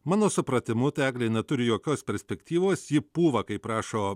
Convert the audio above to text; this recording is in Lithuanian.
mano supratimu ta eglė neturi jokios perspektyvos ji pūva kaip rašo